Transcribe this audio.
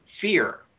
fear